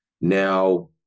Now